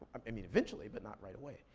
um i mean eventually, but not right away.